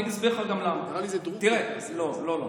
גם זה לא נכון.